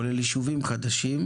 כולל יישובים חדשים,